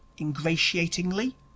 ingratiatingly